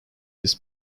this